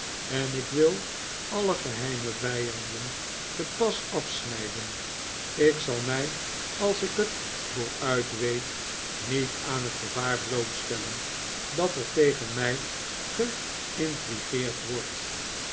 en ik wil alle geheime vijanden den pas afsnijden ik zal mij als ik het vooruit weet niet aan het gevaar blootstellen dat er tegen mij geintrigeerd wordt